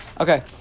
Okay